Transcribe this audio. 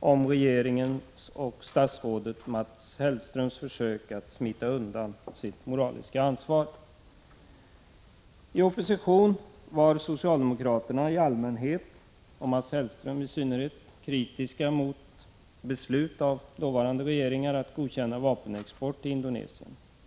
om regeringens och statsrådet Mats Hellströms försök att smita undan sitt moraliska ansvar. I opposition var socialdemokraterna i allmänhet och Mats Hellström i synnerhet kritiska mot beslut av dåvarande regering att godkänna vapenexport till Indonesien.